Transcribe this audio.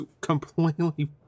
completely